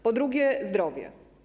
Po drugie, zdrowie.